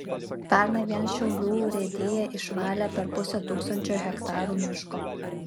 pernai vien šiaulių urėdija išvalė per pusę tūkstančio hektarų miško